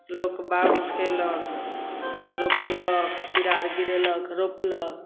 लोक बाउग कएलक रोपलक बिराड़ गिरेलक रोपलक